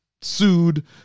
sued